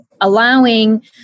allowing